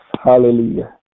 Hallelujah